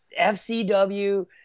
FCW